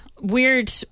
weird